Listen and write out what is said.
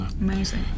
Amazing